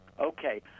Okay